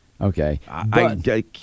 Okay